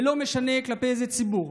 ולא משנה כלפי איזה ציבור.